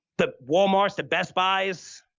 the walmarts, the best buys,